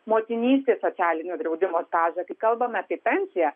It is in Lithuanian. motinystės socialinio draudimo stažą kai kalbame apie pensiją